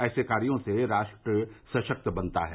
ऐसे कार्यो से राष्ट्र सशक्त बनता है